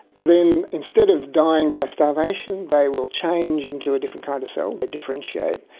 then instead of dying by starvation they will change into a different kind of cell, they differentiate,